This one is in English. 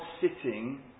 sitting